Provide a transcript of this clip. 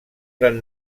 gran